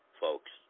folks